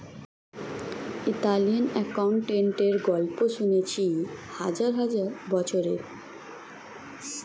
Italian অ্যাকাউন্টেন্টের গল্প শুনেছি হাজার হাজার বছরের